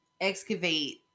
excavate